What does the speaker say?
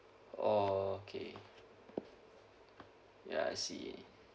okay ya I see